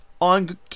on